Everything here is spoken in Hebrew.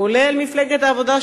כולל מפלגת העבודה,